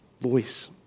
voice